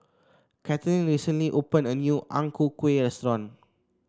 Kathlene recently opened a new Ang Ku Kueh restaurant